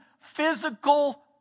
physical